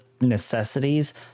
necessities